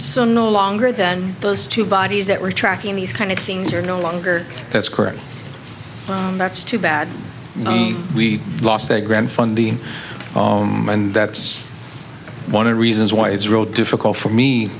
so no longer than those two bodies that were tracking these kind of things are no longer that's correct that's too bad we lost a grand funding and that's one of the reasons why it's real difficult for me